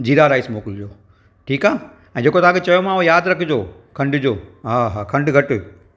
जीरा rice मोकिलिजो ठीकु आहे ऐं जेको तव्हांखे चयोमांव यादि रखिजो खंडु जो हा हा खंडु घटि